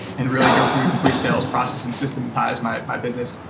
and really go through a complete sales process and systematize my business,